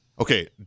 okay